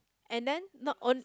and then not on~